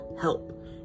help